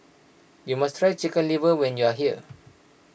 you must try Chicken Liver when you are here